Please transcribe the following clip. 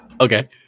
Okay